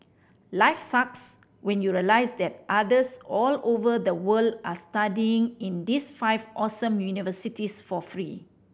life sucks when you realise that others all over the world are studying in these five awesome universities for free